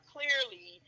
Clearly